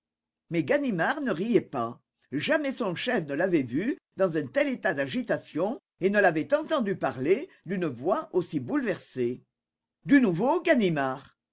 mais ganimard ne riait pas jamais son chef ne l'avait vu dans un tel état d'agitation et ne l'avait entendu parler d'une voix aussi bouleversée du nouveau ganimard